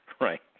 Right